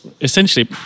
essentially